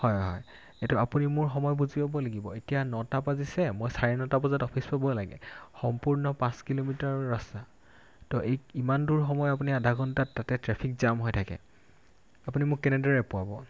হয় হয় এইটো আপুনি মোৰ সময় বুজিব লাগিব এতিয়া নটা বাজিছে মই চাৰে নটা বজাত অফিচ পাব লাগে সম্পূৰ্ণ পাঁচ কিলোমিটাৰৰ ৰাস্তা ত' এই ইমান দূৰ সময় আপুনি আধা ঘণ্টাত তাতে ট্ৰেফিক জাম হৈ থাকে আপুনি মোক কেনেদৰে পোৱাব